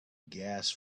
gas